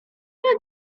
tak